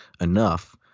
enough